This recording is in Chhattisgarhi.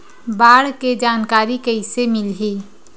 बाढ़ के जानकारी कइसे मिलही?